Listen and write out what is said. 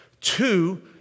Two